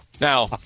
Now